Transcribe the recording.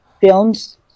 films